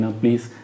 please